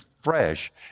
fresh